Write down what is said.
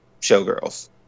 showgirls